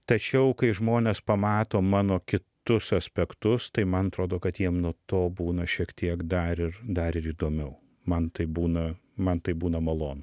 tačiau kai žmonės pamato mano kitus aspektus tai man atrodo kad jiems nuo to būna šiek tiek dar ir dar ir įdomiau man tai būna man tai būna malonu